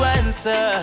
answer